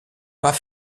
pas